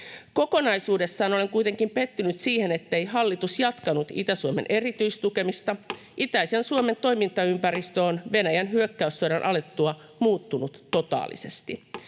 Kokonaisuudessaan olen kuitenkin pettynyt siihen, ettei hallitus jatkanut Itä-Suomen erityistukemista. Itäisen Suomen toimintaympäristö on Venäjän hyökkäyssodan alettua muuttunut totaalisesti.